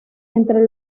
entre